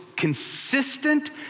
consistent